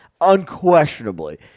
unquestionably